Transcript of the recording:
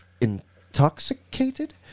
intoxicated